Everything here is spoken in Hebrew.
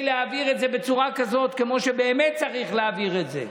להעביר את זה בצורה כזאת כמו שבאמת צריך להעביר את זה.